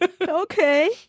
Okay